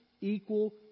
equal